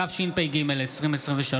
התשפ"ג 2023,